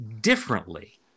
differently